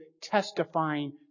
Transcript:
testifying